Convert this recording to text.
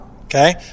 Okay